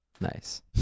Nice